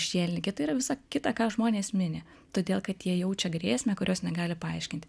šienligė tai yra visa kita ką žmonės mini todėl kad jie jaučia grėsmę kurios negali paaiškinti